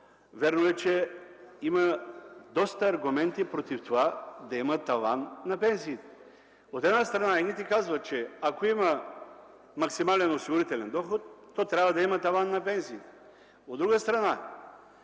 вярно и, че има доста аргументи против това да има таван на пенсиите. От една страна, едните казват, че ако има максимален осигурителен доход, то трябва да има таван на пенсиите, а от друга страна: